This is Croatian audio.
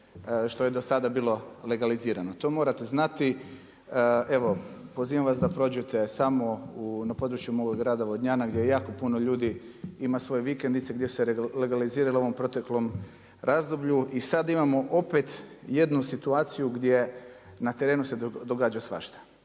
što je do sada bilo legalizirano. To morate znati. Evo pozivam vas da prođete samo na području moga grada Vodnjana gdje jako puno ljudi ima svoje vikendice, gdje se legaliziralo u ovom proteklom razdoblju. I sad imamo opet jednu situaciju gdje na terenu se događa svašta.